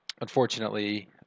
unfortunately